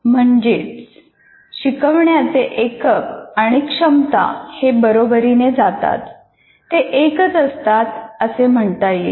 म्हणजेच शिकवण्याचे एकक आणि क्षमता हे बरोबरीने जातात ते एकच असतात असे म्हणता येईल